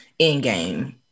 Endgame